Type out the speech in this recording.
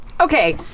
Okay